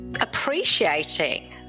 appreciating